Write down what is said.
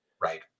Right